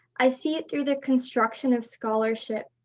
i see it through the construction of scholarship.